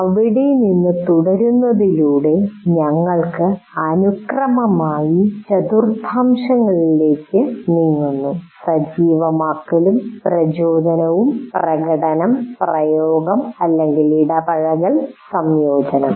അവിടെ നിന്ന് തുടരുന്നതിലൂടെ ഞങ്ങൾ അനുക്രമമായി ചതുർത്ഥാംശങ്ങളിലേക്ക് നീങ്ങുന്നു സജീവമാക്കലും പ്രചോദനവും പ്രകടനം പ്രയോഗം ഇടപഴകൽ സംയോജനം